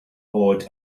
awed